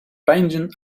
peinzen